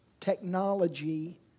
technology